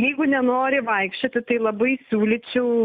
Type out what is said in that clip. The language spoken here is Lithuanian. jeigu nenori vaikščioti tai labai siūlyčiau